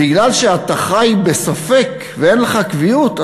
בגלל שאתה חי בספק ואין לך קביעות,